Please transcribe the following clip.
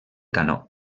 canó